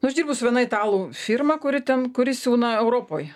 nu aš dirbu su viena italų firma kuri ten kuri siūna europoj